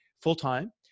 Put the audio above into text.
full-time